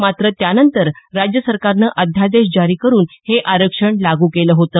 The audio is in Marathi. मात्र त्यानंतर राज्य सरकारनं अध्यादेश जारी करून हे आरक्षण लागू केलं होतं